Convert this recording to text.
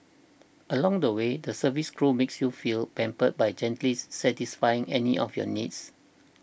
along the way the service crew makes you feel pampered by gently satisfying any of your needs